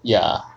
ya